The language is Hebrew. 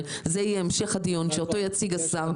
וזה יהיה המשך הדיון שאותו יציג השר,